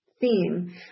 theme